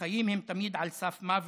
החיים הם תמיד על סף מוות,